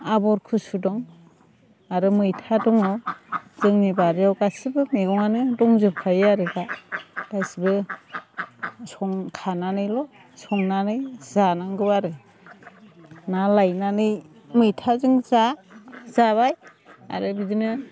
आबर खसु दं आरो मैथा दङ जोंनि बारियाव गासिबो मैगङानो दंजोबखायो आरो दा गासिबो खानानैल' संनानै जानांगौ आरो ना लायनानै मैथाजों जा जाबाय आरो बिदिनो